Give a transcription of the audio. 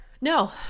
No